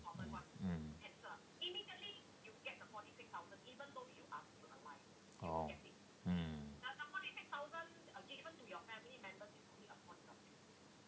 mm oh mm